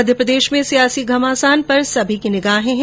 मध्यप्रदेश में सियासी घमासान पर सभी की निगाहें हैं